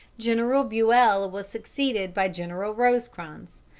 general buell was succeeded by general rosecrans.